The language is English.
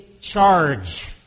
charge